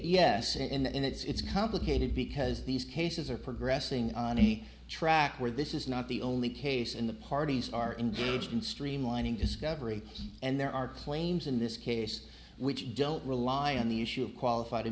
and it's complicated because these cases are progressing on e track where this is not the only case in the parties are engaged in streamlining discovery and there are claims in this case which don't rely on the issue of qualified i